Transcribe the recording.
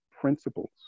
principles